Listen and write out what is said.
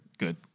Good